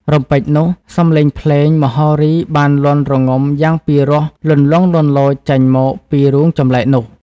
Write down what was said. រំពេចនោះ សំលេងភ្លេង មហោរីបានលាន់រងំយ៉ាងពីរោះលន្លង់លន្លោចចេញមក ពីរូងចំលែកនោះ ។